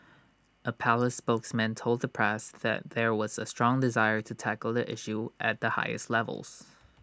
A palace spokesman told the press that there was A strong desire to tackle the issue at the highest levels